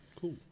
Cool